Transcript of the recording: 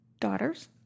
daughter's